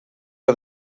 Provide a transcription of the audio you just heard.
que